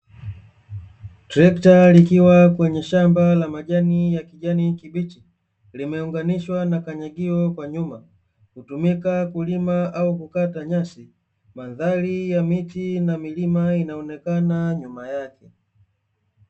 Trekta likiwa kwenye shamba la majani ya kijani kibichi limeunganishwa na kanyagio kwa nyuma, hutumika kulima au kukata nyasi, mandhari ya miti na milima inaonekana nyuma yake.